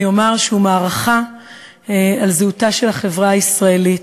אומר שהוא מערכה על זהותה של החברה הישראלית.